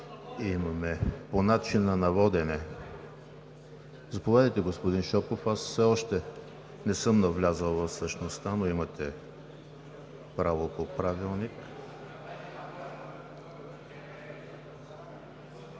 прието. По начина на водене, заповядайте, господин Шопов. Аз все още не съм навлязъл в същността, но имате право по Правилник.